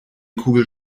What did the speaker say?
kugel